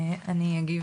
אני מודה